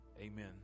Amen